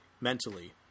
mentally